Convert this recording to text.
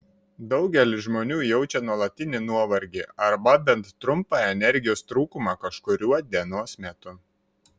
daugelis žmonių jaučia nuolatinį nuovargį arba bent trumpą energijos trūkumą kažkuriuo dienos metu